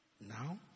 Now